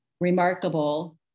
remarkable